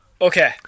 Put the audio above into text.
Okay